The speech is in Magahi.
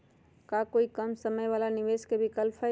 का कोई कम समय वाला निवेस के विकल्प हई?